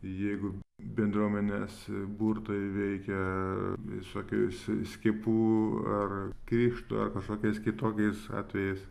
jeigu bendruomenės burtai veikia visokius skiepų ar krikšto ar kažkokiais kitokiais atvejais